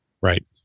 Right